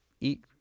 eat